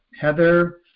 Heather